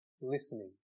listening